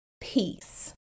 peace